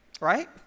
right